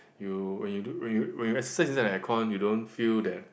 you when you do when you when you exercise inside the air con you don't feel that